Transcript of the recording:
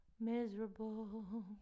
miserable